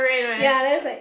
ya that's like